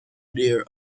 near